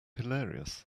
hilarious